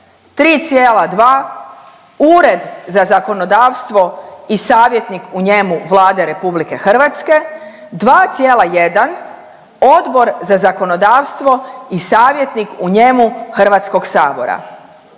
3,2 Ured za zakonodavstvo i savjetnik u njemu Vlade RH, 2,1 Odbor za zakonodavstvo i savjetnik u njemu HS-a.